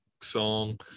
song